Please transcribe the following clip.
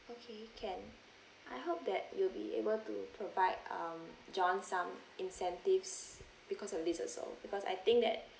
okay can I hope that you will be able to provide um john some incentives because of this also because I think that